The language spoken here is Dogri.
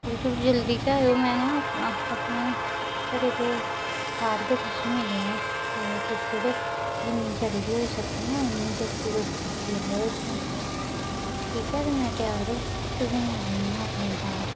फिर तुस जल्दी गै आए ओ में ना अपने घरै दे बाह्र गै तुसें मिलना ऐ तुस थोह्ड़े जि'न्नी जल्दी होई सकै ना उन्नी जल्दी तुस पुज्जी आओ तुसें ठीक ऐ ना में त्यार होआ नी तुसें गी मिलनी आं अपने बाह्र